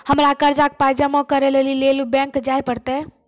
हमरा कर्जक पाय जमा करै लेली लेल बैंक जाए परतै?